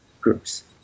groups